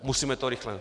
Musíme rychle.